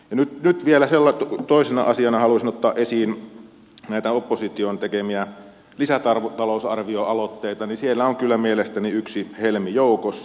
nyt vielä toisena asiana haluaisin ottaa esiin näitä opposition tekemiä lisätalousarvioaloitteita ja siellä on kyllä mielestäni yksi helmi joukossa